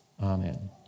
Amen